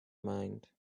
mind